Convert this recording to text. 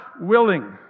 willing